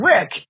Rick